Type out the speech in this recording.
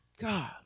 God